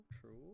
true